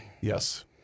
yes